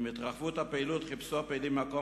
עם התרחבות הפעילות חיפשו הפעילים מקום